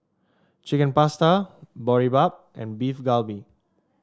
Chicken Pasta Boribap and Beef Galbi